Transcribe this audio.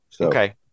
Okay